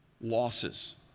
losses